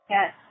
Yes